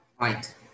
right